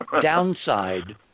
downside